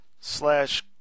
slash